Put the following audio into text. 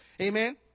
Amen